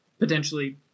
Potentially